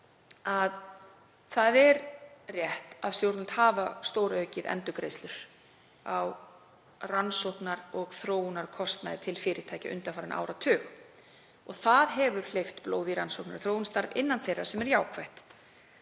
það er rétt að stjórnvöld hafa stóraukið endurgreiðslur á rannsóknar- og þróunarkostnaði til fyrirtækja undanfarinn áratug. Það hefur hleypt blóði í rannsókna- og þróunarstarf innan þeirra, sem er jákvætt.